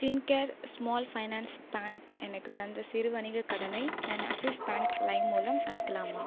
Fincare small finance bank எனக்குத் தந்த சிறு வணிகக் கடனை நான் ஆக்ஸிஸ் பேங்க் லைம் மூலம் அடைக்கலாமா